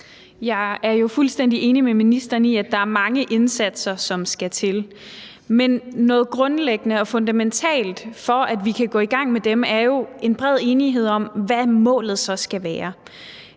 Jeg er jo fuldstændig enig med ministeren i, at der er mange indsatser, som skal til. Men noget grundlæggende og fundamentalt for, at vi kan gå i gang med dem, er jo en bred enighed om, hvad målet så skal være.